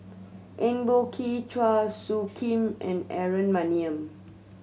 Eng Boh Kee Chua Soo Khim and Aaron Maniam